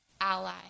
ally